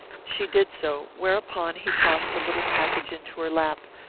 she did so, whereupon he tossed a little package into her lap,